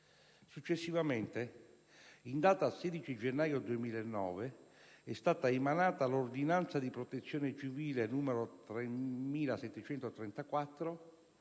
Successivamente, in data 16 gennaio 2009, è stata emanata l'ordinanza di protezione civile n. 3734,